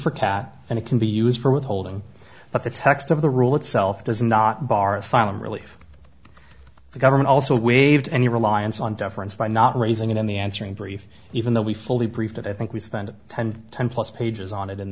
for kat and it can be used for withholding but the text of the rule itself does not bar asylum really the government also waived any reliance on deference by not raising it on the answering brief even though we fully briefed it i think we spend ten ten plus pages on it